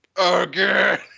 Again